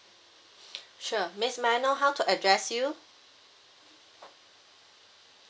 sure miss may I know how to address you